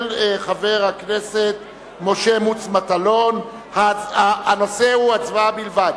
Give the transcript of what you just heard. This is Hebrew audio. של חבר הכנסת משה מוץ מטלון, הצבעה בלבד.